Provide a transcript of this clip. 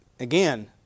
Again